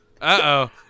Uh-oh